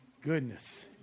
goodness